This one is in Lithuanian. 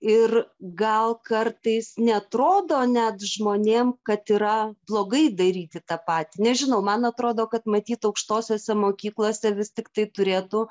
ir gal kartais neatrodo net žmonėm kad yra blogai daryti tą patį nežinau man atrodo kad matyt aukštosiose mokyklose vis tiktai turėtų